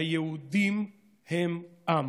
שהיהודים הם עם"